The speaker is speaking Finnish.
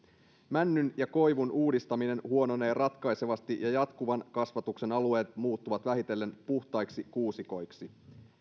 männyn ja koivun uudistaminen huononee ratkaisevasti ja jatkuvan kasvatuksen alueet muuttuvat vähitellen puhtaiksi kuusikoiksi